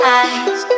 eyes